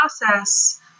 process